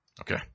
Okay